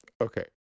Okay